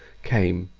came,